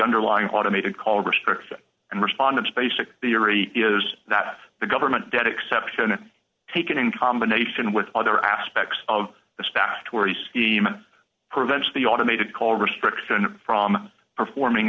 underlying automated call restriction and respondents basic theory is that if the government debt exception taken in combination with other aspects of the statutory scheme prevents the automated call restriction from performing